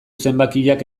zenbakiak